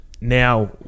now